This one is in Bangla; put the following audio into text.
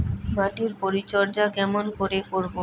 মাটির পরিচর্যা কেমন করে করব?